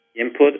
input